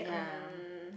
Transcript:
um